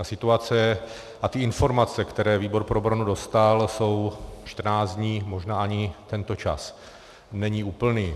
Ta situace je, a ty informace, které výbor pro obranu dostal, jsou 14 dní, možná ani tento čas není úplný.